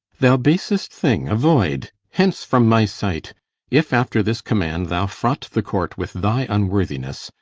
thou basest thing, avoid hence from my sight if after this command thou fraught the court with thy unworthiness,